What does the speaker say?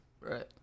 Right